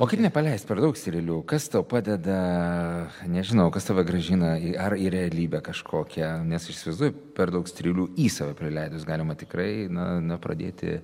o kaip nepaleist per daug strėlių kas tau padeda nežinau kas tave grąžina į ar į realybę kažkokią nes įsivaizduoju per daug strėlių į save prileidus galima tikrai na na pradėti